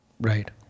Right